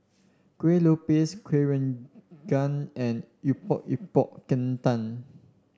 Kuih Lopes kueh and Epok Epok Kentang